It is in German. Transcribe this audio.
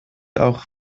auch